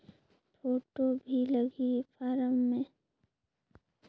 Photo भी लगी form मे?